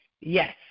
Yes